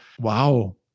wow